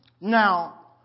Now